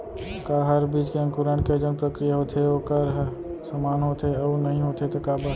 का हर बीज के अंकुरण के जोन प्रक्रिया होथे वोकर ह समान होथे, अऊ नहीं होथे ता काबर?